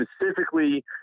specifically